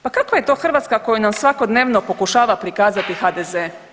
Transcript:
Pa kakva je to Hrvatska koju nam svakodnevno pokušava prikazati HDZ?